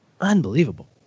Unbelievable